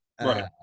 Right